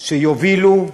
שיובילו,